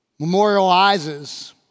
memorializes